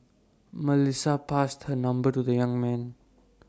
Melissa passed her number to the young man